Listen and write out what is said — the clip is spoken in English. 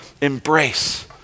Embrace